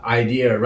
idea